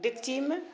डेक्चीमे